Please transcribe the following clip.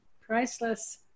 Priceless